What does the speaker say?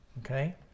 Okay